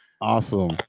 awesome